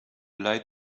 lied